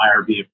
IRB